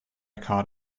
caught